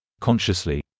consciously